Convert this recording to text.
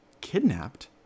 Kidnapped